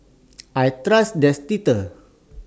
I Trust Dentiste